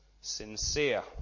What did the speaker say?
sincere